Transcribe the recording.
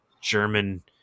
german